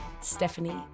Stephanie